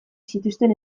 zituzten